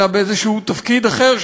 אלא באיזה תפקיד אחר,